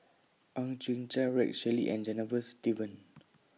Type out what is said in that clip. Ang Chwee Chai Rex Shelley and Janavas Devan